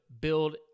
build